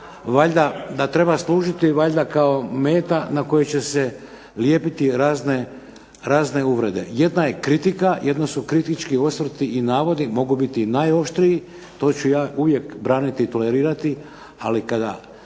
valjda, da treba služiti valjda kao meta na koju će se lijepiti razne uvrede. Jedna je kritika, jedno su kritički osvrti i navodi, mogu biti i najoštriji, to ću ja uvijek braniti i tolerirati, ali kada